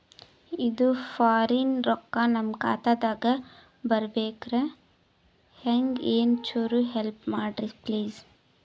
ಇದು ಫಾರಿನ ರೊಕ್ಕ ನಮ್ಮ ಖಾತಾ ದಾಗ ಬರಬೆಕ್ರ, ಹೆಂಗ ಏನು ಚುರು ಹೆಲ್ಪ ಮಾಡ್ರಿ ಪ್ಲಿಸ?